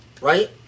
right